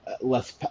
less